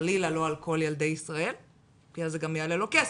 חלילה לא על כל ילדי ישראל כי אז זה גם יעלה לו כסף,